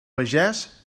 pagès